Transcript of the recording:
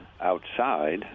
outside